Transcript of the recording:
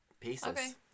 Pieces